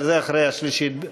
אבל זה אחרי השלישית.